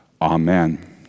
Amen